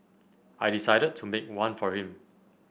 I decided to make one for him